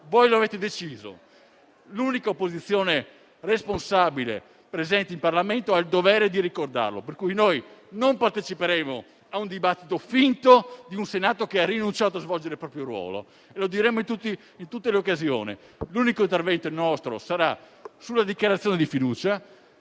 voi lo avete deciso. L'unica opposizione responsabile presente in Parlamento ha il dovere di ricordarlo, per cui noi non parteciperemo a un dibattito finto di un Senato che ha rinunciato a svolgere il proprio ruolo e lo diremo in tutte le occasioni. Il nostro unico intervento sarà sulla questione di fiducia